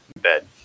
bed